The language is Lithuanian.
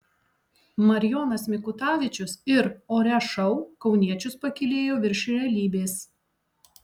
marijonas mikutavičius ir ore šou kauniečius pakylėjo virš realybės